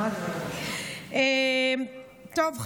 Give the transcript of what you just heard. טוב.